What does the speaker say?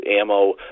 ammo